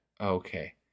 okay